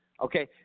okay